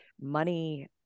money